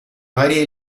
varie